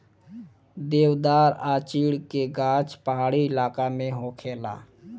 देवदार आ चीड़ के गाछ पहाड़ी इलाका में होखेला